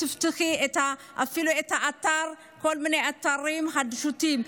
תפתחי אפילו את האתר וכל מיני אתרים חדשותיים,